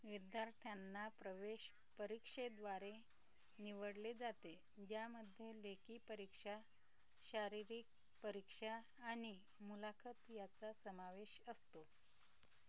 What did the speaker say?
विद्यार्थ्यांना प्रवेश प्ररीक्षेद्वारे निवडले जाते ज्यामध्ये लेखी परीक्षा शारीरिक परीक्षा आणि मुलाखत यांचा समावेश असतो